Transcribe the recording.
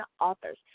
authors